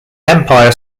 empire